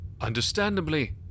Understandably